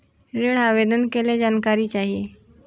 ऋण आवेदन के लिए जानकारी चाही?